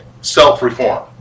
self-reform